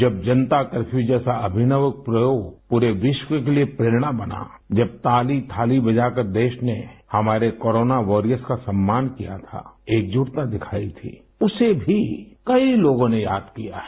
जब जनता कर्फ्यू जैसा अभिनव प्रयोग पूरे विश्व के लिए प्रेरणा बना जब ताली थाली बजाकर देश ने हमारे कोरोना वारियर्स का सम्मान किया था एकजुटता दिखाई थी उसे भी कई लोगों ने याद किया है